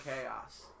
chaos